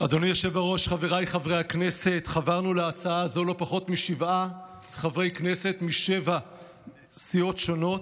לא פחות משבעה חברי כנסת משבע סיעות שונות,